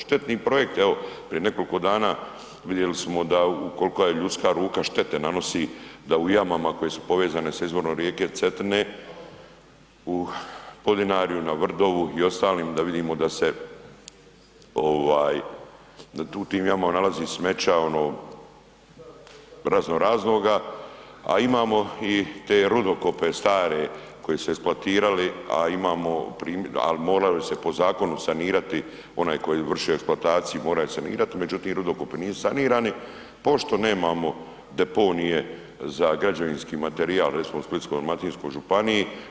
Štetni projekti, evo prije nekoliko dana vidjeli smo da, u kolka je ljudska ruka štete nanosi, da u jamama koje su povezane sa izvorom rijeke Cetine u Podinarju, na Vrdovu i ostalim da vidimo da se ovaj da tu u tim jamama nalazi smeća ono razno raznoga, a imamo i te rudokope stare koji su se eksploatirali, a imamo, al morali su se po zakonu sanirati, onaj ko je izvršio eksploataciju mora je sanirat, međutim, rudokopi nisu sanirani pošto nemamo deponije za građevinski materijal recimo u Splitsko-dalmatinskoj županiji.